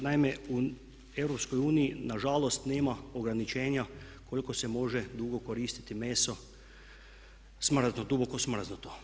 Naime, u EU nažalost nema ograničenja koliko se može dugo koristiti meso duboko smrznuto.